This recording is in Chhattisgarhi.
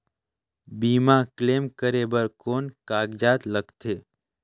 बीमा क्लेम करे बर कौन कागजात लगथे?